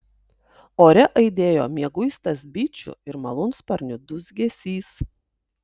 ore aidėjo mieguistas bičių ir malūnsparnių dūzgesys